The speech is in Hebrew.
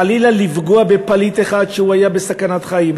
חלילה לפגוע בפליט אחד שהיה בסכנת חיים.